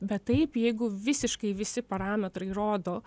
bet taip jeigu visiškai visi parametrai rodo